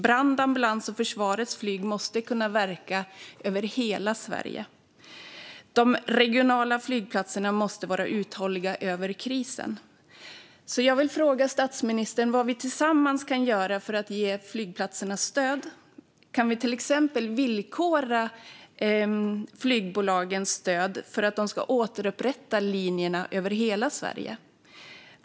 Brand och ambulansflyg och försvarets flyg måste kunna verka över hela Sverige. De regionala flygplatserna måste vara uthålliga under krisen. Jag vill därför fråga statsministern: Vad kan vi tillsammans göra för att ge flygplatser stöd? Kan vi till exempel villkora flygbolagens stöd för att de ska återupprätta linjerna över hela Sverige?